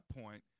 point